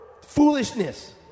foolishness